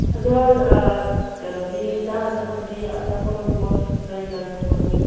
ꯑꯗꯣ ꯀꯩꯅꯣꯗꯤ ꯆꯥꯅ ꯊꯛꯅꯕꯗꯤ ꯑꯆꯥꯄꯣꯠ ꯅꯨꯡꯄꯣꯠ ꯀꯔꯤ ꯀꯔꯤ ꯄꯨꯒꯅꯤ